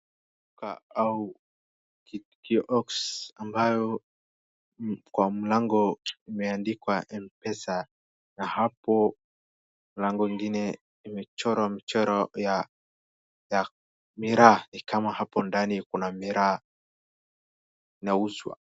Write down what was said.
Duka au kioks ambayo kwa mlango imeandikwa mpesa na hapo mlango ingine imechorwa mchoro ya miraa ni kama hapo ndani kuna miraa inauzwa.